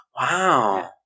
Wow